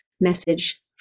message